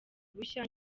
bushya